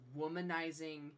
womanizing